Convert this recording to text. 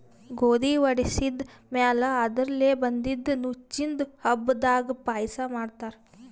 ಗೋಧಿ ವಡಿಸಿದ್ ಮ್ಯಾಲ್ ಅದರ್ಲೆ ಬಂದಿದ್ದ ನುಚ್ಚಿಂದು ಹಬ್ಬದಾಗ್ ಪಾಯಸ ಮಾಡ್ತಾರ್